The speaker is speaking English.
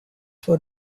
for